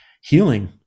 healing